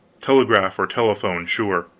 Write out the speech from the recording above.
telegraph or telephone, sure.